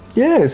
yeah,